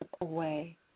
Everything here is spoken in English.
away